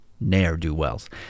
Ne'er-do-wells